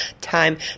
time